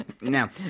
Now